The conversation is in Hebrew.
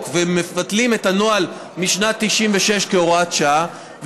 ומבטלים את הנוהל משנת 1996 כהוראת שעה,